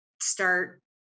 start